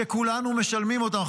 שכולנו משלמים אותם,